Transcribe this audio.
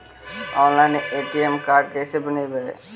Online ATM card कैसे बनाबौ?